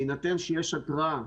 בהינתן שיש התראה,